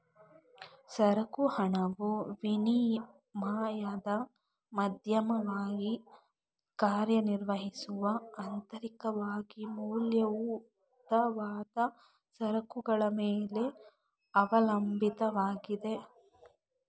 ಸರಕು ಹಣವು ವಿನಿಮಯದ ಮಾಧ್ಯಮವಾಗಿ ಕಾರ್ಯನಿರ್ವಹಿಸುವ ಅಂತರಿಕವಾಗಿ ಮೌಲ್ಯಯುತವಾದ ಸರಕುಗಳ ಮೇಲೆ ಅವಲಂಬಿತವಾಗಿದೆ